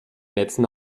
netzen